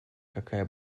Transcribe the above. какая